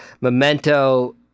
Memento